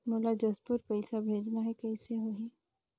मोला जशपुर पइसा भेजना हैं, कइसे होही?